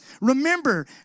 Remember